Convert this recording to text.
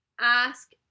Ask